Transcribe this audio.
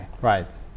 Right